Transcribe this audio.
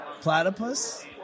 Platypus